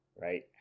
right